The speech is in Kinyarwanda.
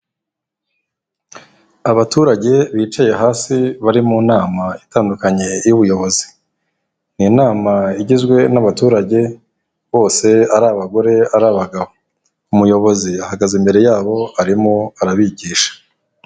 Abaturage bicaye hasi bari mu nama itandukanye y'ubuyobozi. Ni inama igizwe n'abaturage bose ari abagore, ari abagabo; umuyobozi ahagaze imbere ya bo arimo arabigisha.